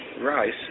rice